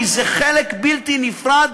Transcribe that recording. כי זה חלק בלתי נפרד,